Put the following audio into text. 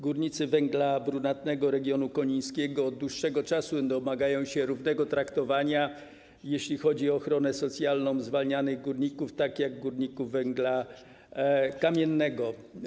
Górnicy węgla brunatnego regionu konińskiego od dłuższego czasu domagają się równego traktowania, jeśli chodzi o ochronę socjalną zwalnianych górników, tak jak górników węgla kamiennego.